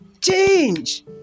Change